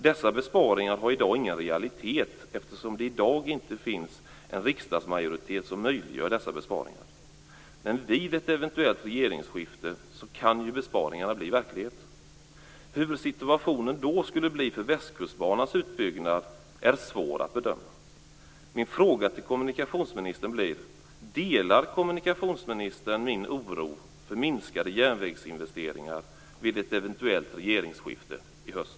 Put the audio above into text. Dessa besparingar har i dag ingen realitet eftersom det i dag inte finns en riksdagsmajoritet som möjliggör dem. Men vid ett eventuellt regeringsskifte kan ju besparingarna bli verklighet. Hur situationen då skulle bli för Västkustbanans utbyggnad är svårt att bedöma.